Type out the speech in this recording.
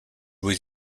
was